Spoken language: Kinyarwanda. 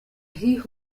hip